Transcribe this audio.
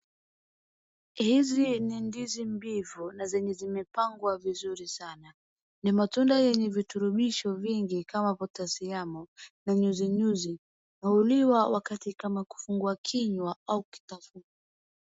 hizi ni ndizi mbivu na zenye zimepangwa vizuri sana . Ni matunda yenye virutubisho vingi kama potassium na nyuzinyuzi. Na huliwa wakati kufungua kinywa au kitafunio.